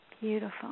Beautiful